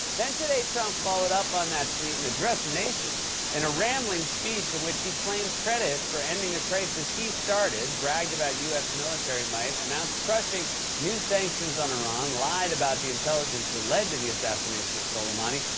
then, today, trump followed up on that tweet and addressed the nation in a rambling speech in which he claimed credit for ending a crisis he started, bragged about us military might, announced crushing new sanctions on iran, lied about the intelligence that led to the assassination of soleimani,